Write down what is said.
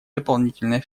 дополнительное